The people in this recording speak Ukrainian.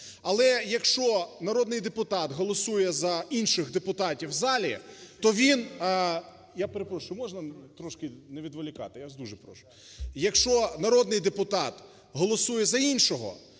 Але якщо народний депутат голосує за інших депутатів у залі, то він… Я перепрошую, можна трошки не відволікати, я вас дуже прошу. Якщо народний депутат голосує за іншого,